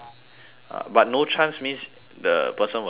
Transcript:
but no chance means the person will die [what]